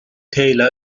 tailor